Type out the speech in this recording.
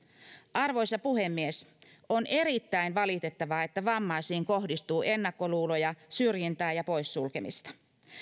arvoisa puhemies on erittäin valitettavaa että vammaisiin kohdistuu ennakkoluuloja syrjintää ja poissulkemista